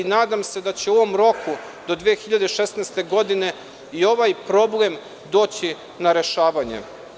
Nadam se da će u ovom roku, do 2016. godine, i ovaj problem doći na rešavanje.